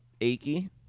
achy